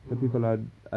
mmhmm